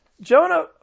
Jonah